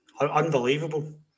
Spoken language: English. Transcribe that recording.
Unbelievable